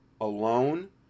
alone